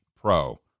pro